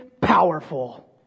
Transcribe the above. powerful